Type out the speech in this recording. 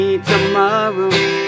tomorrow